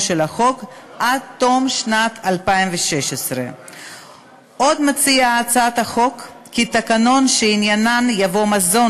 של החוק עד תום שנת 2016. עוד מציעה הצעת החוק כי תקנות שעניינן ייבוא מזון